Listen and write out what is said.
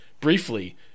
briefly